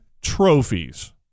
trophies